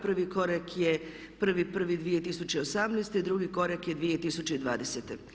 Prvi korak je 1.01.2018. a drugi korak je 2020.